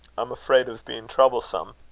i'm afraid of being troublesome,